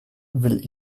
will